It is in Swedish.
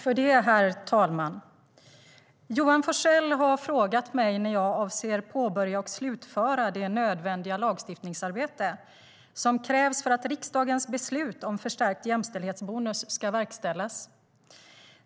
Herr talman! Johan Forssell har frågat mig när jag avser att påbörja och slutföra det nödvändiga lagstiftningsarbete som krävs för att riksdagens beslut om förstärkt jämställdhetsbonus ska verkställas.